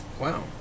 Wow